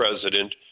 president